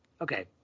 okay